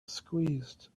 squeezed